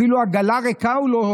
אפילו עגלה ריקה הוא לא,